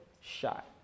shot